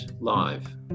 live